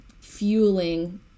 fueling